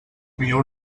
millor